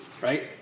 right